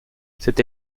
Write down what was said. cette